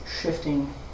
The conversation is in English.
shifting